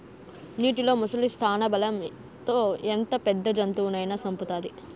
నీటిలో ముసలి స్థానబలం తో ఎంత పెద్ద జంతువునైనా సంపుతాది